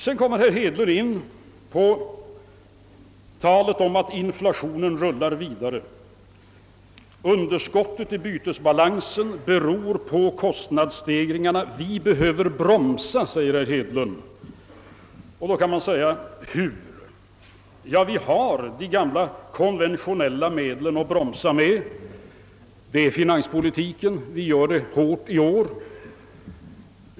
Herr Hedlund kom också in på talet om att inflationen rullar vidare. Underskottet i bytesbalansen beror på kostnadsstegringarna — vi behöver bromsa, säger herr Hedlund. Då kan man fråga: Hur skall detta gå till? Vi har det gamla konventionella medlet att bromsa med finanspolitiken. Vi bromsar hårt på detta sätt i år.